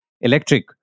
electric